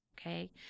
okay